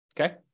Okay